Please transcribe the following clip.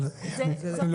זו לא